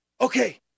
okay